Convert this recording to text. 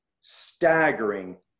staggering